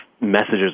messages